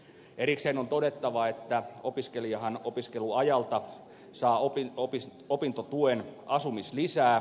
erikseen on todettava että opiskelijahan opiskeluajalta saa opintotuen asumislisää